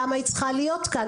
למה היא צריכה להיות כאן?